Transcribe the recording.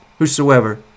Whosoever